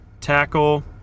tackle